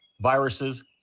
viruses